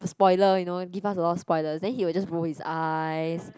spoiler you know give us a lot of spoilers then he will just roll his eyes